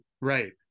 Right